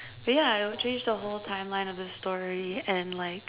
ya it would change the whole timeline of the story and like